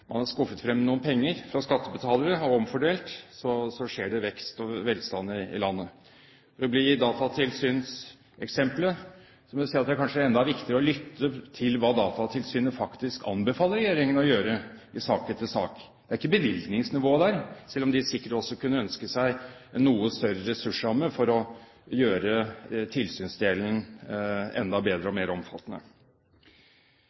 man har skuffet frem noen penger fra skattebetalere og omfordelt, skjer det vekst og velstand i landet. For å holde seg til datatilsynseksempelet, må jeg si at det kanskje er enda viktigere å lytte til hva Datatilsynet faktisk anbefaler regjeringen å gjøre i sak etter sak. Det er ikke bevilgningsnivået det dreier seg om der, selv om de sikkert også kunne ønske seg en noe større ressursramme for å gjøre tilsynsdelen enda bedre og